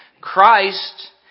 Christ